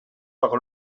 par